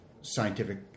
scientific